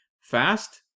Fast